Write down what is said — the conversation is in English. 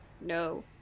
no